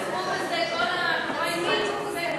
ויתעסקו בזה כל החברה הישראלית,